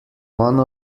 one